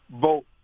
vote